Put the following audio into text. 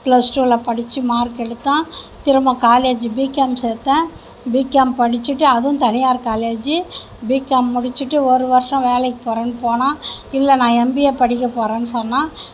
plus டூவில் படித்து mark எடுத்தான் திரும்ப காலேஜ் பிகாம் சேத்தேன் பிகாம் படிச்சுட்டு அதுவும் தனியார் காலேஜூ பிகாம் முடிச்சுட்டு ஒரு வருஷம் வேலைக்கு போகிறேன்னு போனான் இல்லை நான் எம்பிஏ படிக்க போகிறனு சொன்னான்